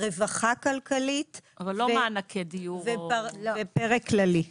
רווחה כלכלית ופרק כללי.